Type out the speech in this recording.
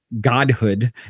godhood